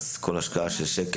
וכמה מקרים מונעת כל השקעה של שקל.